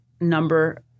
number